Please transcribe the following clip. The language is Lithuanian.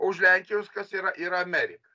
už lenkijos kas yra yra amerika